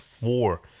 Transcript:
war